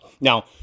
Now